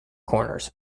corners